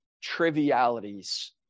trivialities